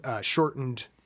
shortened